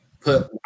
put